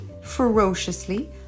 ferociously